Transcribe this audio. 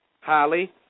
highly